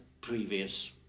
previous